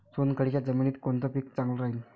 चुनखडीच्या जमिनीत कोनचं पीक चांगलं राहीन?